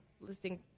listing